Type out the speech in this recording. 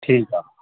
ਠੀਕ ਆ